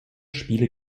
spiele